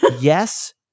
Yes